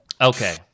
Okay